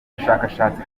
bushakashatsi